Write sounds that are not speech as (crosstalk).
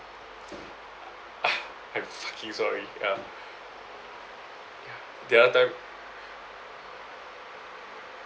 (noise) I'm fucking sorry ya the other time